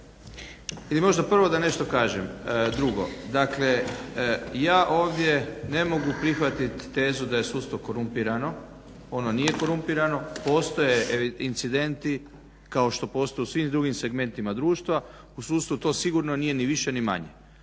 ili možda prvo da nešto kažem. Drugo, dakle ja ovdje ne mogu prihvatiti tezu da je sudstvo korumpirano. Ono nije korumpirano postoje incidenti kao što postoje u svim drugim segmentima društva u sudstvu to sigurno nije ni više ni manje.